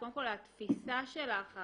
קודם כל, התפיסה שלך,